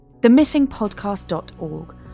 themissingpodcast.org